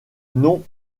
non